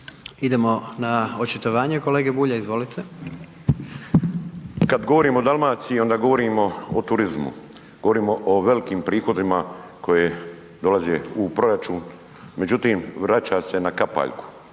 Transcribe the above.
Idemo na očitovanje kolege Bulja, izvolite. **Bulj, Miro (MOST)** Kad govorimo o Dalmaciji, onda govorimo o turizmu, govorimo o velikim prihodima koji dolaze u proračun. Međutim, vraća se na kapaljku,